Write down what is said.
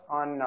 on